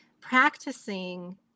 practicing